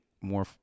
more